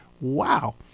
Wow